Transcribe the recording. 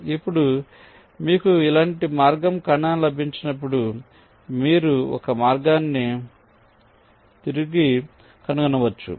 ఇప్పుడు మీకు ఇలాంటి మార్గ ఖండన లభించినప్పుడు మీరు ఒక మార్గాన్ని తిరిగి కనుగొనవచ్చు